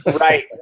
Right